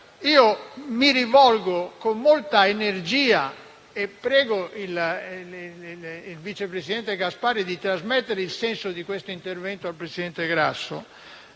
Mi rivolgo con molta energia e prego il vice presidente Gasparri di trasmettere il senso di questo intervento al presidente Grasso.